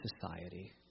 society